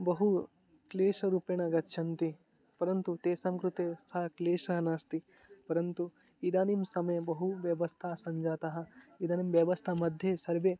बहु क्लेशरूपेण गच्छन्ति परन्तु तेषां कृते सः क्लेशः नास्ति परन्तु इदानीं समये बहु व्यवस्था सञ्जाता इदानीम् व्यवस्थामध्ये सर्वे